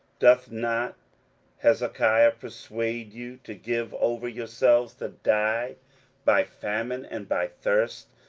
doth not hezekiah persuade you to give over yourselves to die by famine and by thirst,